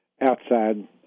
outside